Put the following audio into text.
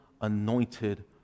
anointed